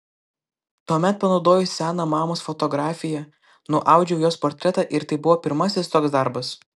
tuomet panaudojus seną mamos fotografiją nuaudžiau jos portretą ir tai buvo pirmasis toks darbas